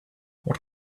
what